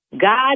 God